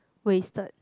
wasted